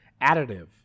additive